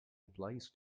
applies